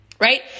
Right